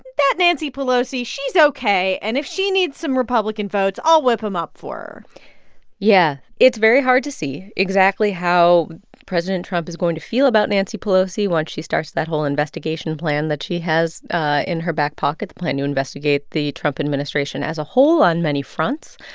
that nancy pelosi, she's ok, and if she needs some republican votes, i'll whip them up for her yeah, it's very hard to see exactly how president trump is going to feel about nancy pelosi once she starts that whole investigation plan that she has ah in her back pocket, the plan to investigate the trump administration as a whole on many fronts.